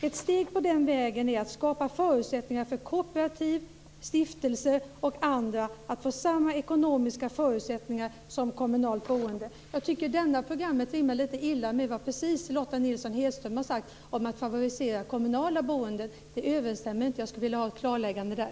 Ett steg på den vägen är att skapa förutsättningar för kooperativ, stiftelser och andra att få samma ekonomiska förutsättningar som kommunalt boende. Det här programmet rimmar lite illa med vad Lotta Nilsson-Hedström har sagt om att favorisera det kommunala boendet. Det överensstämmer inte. Jag skulle vilja ha ett klarläggande där.